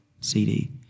CD